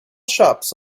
shops